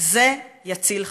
זה יציל חיים.